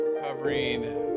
Covering